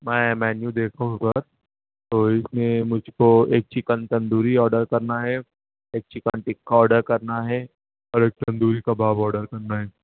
میں مینیو دیکھوں گا تو اس میں مجھ کوایک چکن تندوری آڈر کرنا ہے ایک چکن ٹکا آڈر کرنا ہے اور ایک تندوری کباب آڈر کرنا ہے